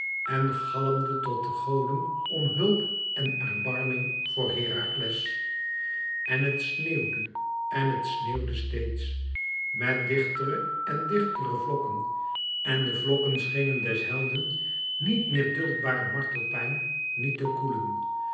en galmde tot de goden om hulp en erbarming voor herakles en het sneeuwde en het sneeuwde steeds met dichtere en dichtere vlokken en de vlokken schenen des helden niet meer duldbare martelpijn niet te koelen